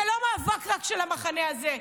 זה לא מאבק רק של המחנה הזה,